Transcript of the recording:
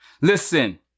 Listen